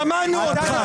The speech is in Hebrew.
שמענו אותך.